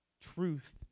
truth